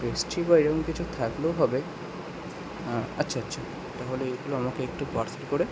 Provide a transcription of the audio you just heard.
pastry বা এরম কিছু থাকলেও হবে হ্যাঁ আচ্ছা আচ্ছা তাহলে এগুলো আমাকে একটু পার্সেল করে